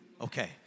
Okay